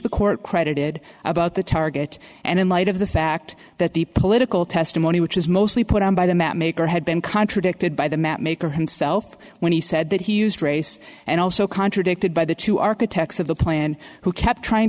the court credited about the target and in light of the fact that the political testimony which is mostly put on by the mapmaker had been contradicted by the mapmaker himself when he said that he used race and also contradicted by the two architects of the plan who kept trying